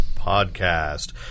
Podcast